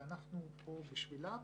ואנחנו כאן בשבילם.